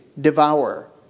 devour